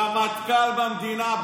רמטכ"ל במדינה,